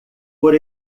por